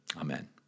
Amen